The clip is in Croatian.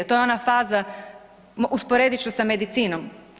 To je ona faza, usporedit ću sa medicinom.